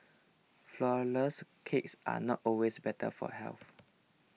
Flourless Cakes are not always better for health